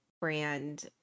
brand